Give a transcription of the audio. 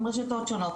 עם רשתות שונות,